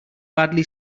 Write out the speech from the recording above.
badly